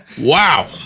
Wow